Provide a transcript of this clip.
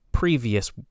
previous